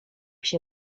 się